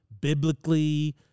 biblically